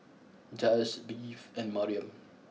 Jiles Bev and Mariam